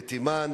בתימן,